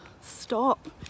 stop